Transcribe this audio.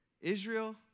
Israel